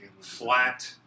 flat